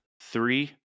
Three